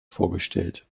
vorgestellt